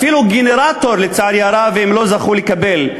אפילו גנרטור, לצערי הרב, הם לא זכו לקבל,